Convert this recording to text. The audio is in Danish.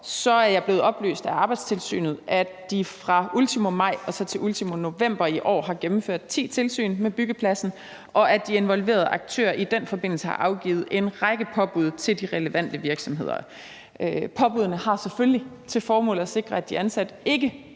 er jeg blevet oplyst af Arbejdstilsynet, at de fra ultimo maj og til ultimo november i år har gennemført ti tilsyn med byggepladsen, og at de involverede aktører i den forbindelse har afgivet en række påbud til de relevante virksomheder. Påbuddene har selvfølgelig til formål at sikre, at de ansatte ikke